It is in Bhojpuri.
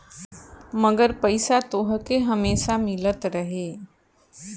मगर पईसा तोहके हमेसा मिलत रही